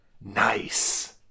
Nice